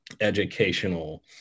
educational